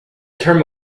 term